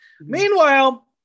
Meanwhile